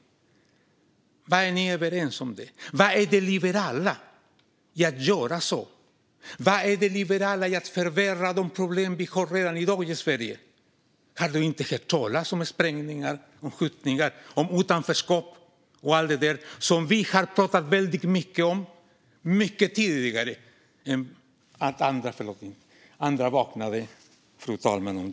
Vad är ni överens om? Vad är det liberala i att göra så? Vad är det liberala i att förvärra de problem vi har redan i dag i Sverige? Har du inte hört talas om sprängningar och skjutningar, utanförskap och allt det som vi har talat väldigt mycket om? Det gjorde vi mycket tidigare än när andra vaknade, fru talman.